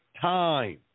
time